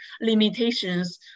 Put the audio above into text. limitations